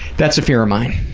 that's a fear of mine,